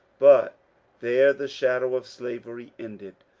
but there the shadow of slavery ended.